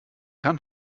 kann